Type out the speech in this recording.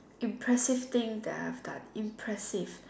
impressive thing I've done impressive